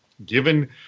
Given